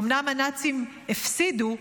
אומנם הנאצים הפסידו,